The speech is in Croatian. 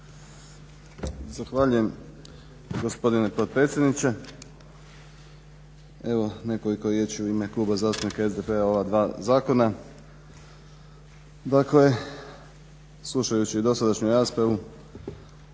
Zahvaljujem gospodine potpredsjedniče. Evo nekoliko riječi u ime Kluba zastupnika SDP-a o ova dva zakona. Dakle, slušajući dosadašnju raspravu